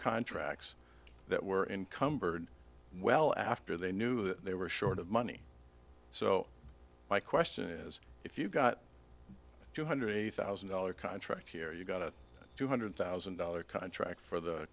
contracts that were encumbered well after they knew that they were short of money so my question is if you got two hundred a thousand dollar contract here you got a two hundred thousand dollar contract for the